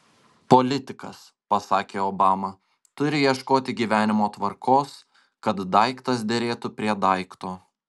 politikas pasakė obama turi ieškoti gyvenimo tvarkos kad daiktas derėtų prie daikto